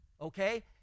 Okay